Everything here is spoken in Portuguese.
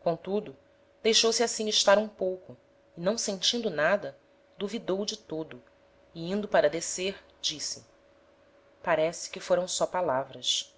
comtudo deixou-se assim estar um pouco e não sentindo nada duvidou de todo e indo para descer disse parece que foram só palavras